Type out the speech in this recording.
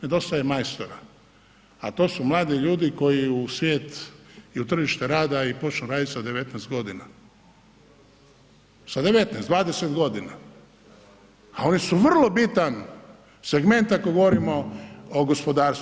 Nedostaje majstora a to su mladi ljudi koji u svijet i u tržište rada i počnu raditi sa 19 godina, sa 19, 20 godina a oni su vrlo bitan segment ako govorimo o gospodarstvu.